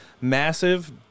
Massive